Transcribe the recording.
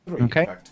Okay